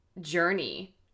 journey